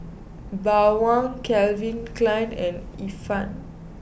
Bawang Calvin Klein and Ifan